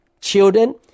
children